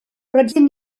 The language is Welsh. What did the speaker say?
rydyn